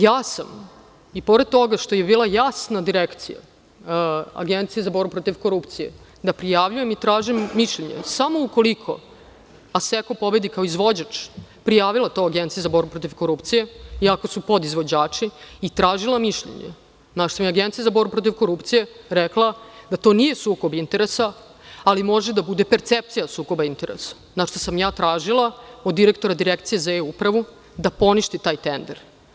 Ja sam, i pored toga što je bila jasna direkcija, AgencijA za borbu protiv korupcije da prijavljujem i tražim mišljenje, samo ukoliko Asseco pobedi kao izvođač, prijavila to Agenciji za borbu protiv korupcije, iako su podizvođači, i tražila mišljenje, na šta mi je Agencija za borbu protiv korupcije rekla da to nije sukob interesa, ali može da bude percepcija sukoba interesa, na šta sam ja tražila od direktora Direkcije za e-upravu da poništi taj tender.